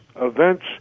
events